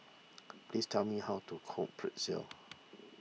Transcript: please tell me how to cook Pretzel